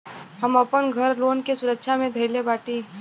हम आपन घर लोन के सुरक्षा मे धईले बाटी